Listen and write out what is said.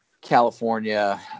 California